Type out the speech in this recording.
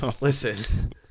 listen